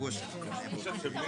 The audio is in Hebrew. קבלת ההסתייגות?